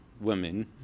women